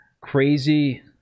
crazy